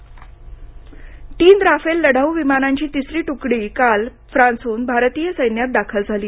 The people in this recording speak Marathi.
राफेल तकडी दाखल तीन राफेल लढाऊ विमानांची तिसरी तुकडी काल फ्रांसहून भारतीय सैन्यात दाखल झाली